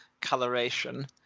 coloration